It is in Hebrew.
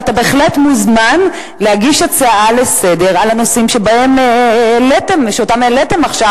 ואתה בהחלט מוזמן להגיש הצעה לסדר-היום על הנושאים שאותם העליתם עכשיו.